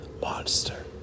monster